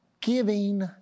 giving